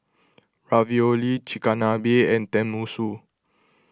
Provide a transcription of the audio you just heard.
Ravioli Chigenabe and Tenmusu